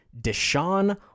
Deshaun